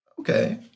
Okay